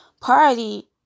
party